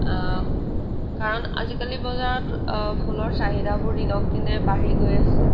কাৰণ আজিকালি বজাৰত ফুলৰ চাহিদাবোৰ দিনক দিনে বাঢ়ি গৈ আছে